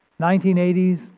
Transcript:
1980's